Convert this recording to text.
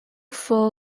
fool